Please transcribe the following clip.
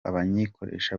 abayikoresha